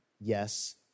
Yes